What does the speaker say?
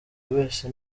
wese